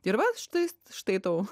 ir va štai štai tau